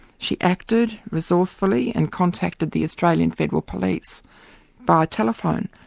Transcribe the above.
she acted resourcefully and contacted the australian federal police by telephone,